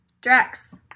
Drax